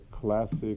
classic